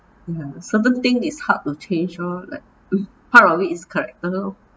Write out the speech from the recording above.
ya certain thing is hard to change lor like part of it is correct[lor]